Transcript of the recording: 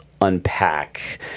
unpack